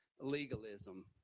legalism